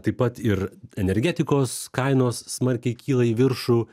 taip pat ir energetikos kainos smarkiai kyla į viršų